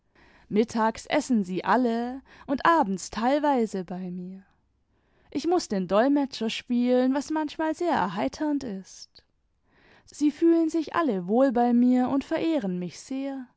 mittags essen sie alle und abends teilweise bei mir ich muß den dolmetscher spielen was manchmal sehr erheiternd ist sie fühlen sich alle wohl bei mir und verehren mich sehr